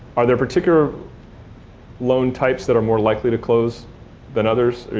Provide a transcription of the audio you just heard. are there particular loan types that are more likely to close than others?